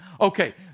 Okay